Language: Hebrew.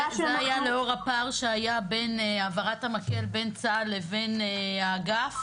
זה היה לאור הפער שהיה בין העברת המקל בין צה"ל לבין האגף?